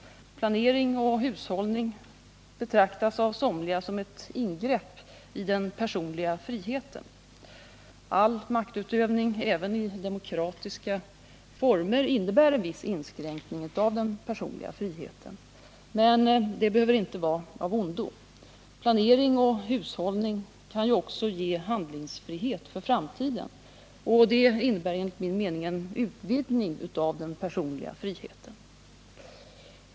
Planering och hushållning betraktas av somliga som ett ingrepp i den personliga friheten. All maktutövning, även i demokratiska former, innebär en viss inskränkning av den personliga friheten. Men det behöver inte vara av ondo. Planering och hushållning kan också ge handlingsfrihet för framtiden, och det innebär enligt min mening en utvidgning av den personliga friheten.